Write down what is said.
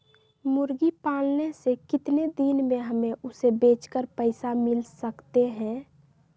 मुर्गी पालने से कितने दिन में हमें उसे बेचकर पैसे मिल सकते हैं?